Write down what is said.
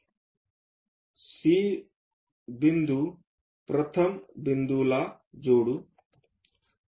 C बिंदू प्रथम बिंदूला जोडू